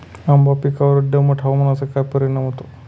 आंबा पिकावर दमट हवामानाचा काय परिणाम होतो?